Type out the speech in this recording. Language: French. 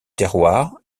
terroir